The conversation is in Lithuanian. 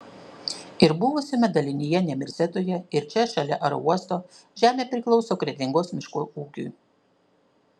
ir buvusiame dalinyje nemirsetoje ir čia šalia aerouosto žemė priklauso kretingos miškų ūkiui